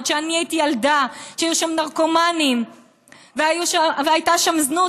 עוד כשאני הייתי ילדה היו שם נרקומנים והייתה שם זנות.